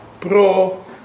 pro